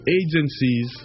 agencies